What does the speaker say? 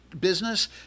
business